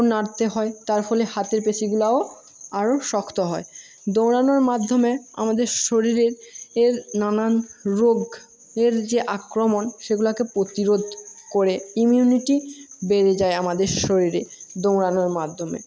নাড়তে হয় তার ফলে হাতের পেশিগুলাও আরও শক্ত হয় দৌড়ানোর মাধ্যমে আমাদের শরীরের এর নানান রোগের যে আক্রমণ সেগুলাকে প্রতিরোধ করে ইমিউনিটি বেড়ে যায় আমাদের শরীরে দৌড়ানোর মাধ্যমে